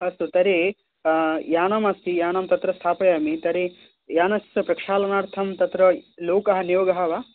अस्तु तर्हि यानमस्ति यानं तत्र स्थापयामि तर्हि यानस्य प्रक्षालनार्थं तत्र लोकः नियोगः वा